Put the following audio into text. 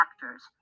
factors